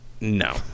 No